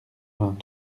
vingt